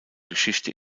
geschichte